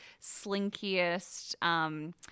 slinkiest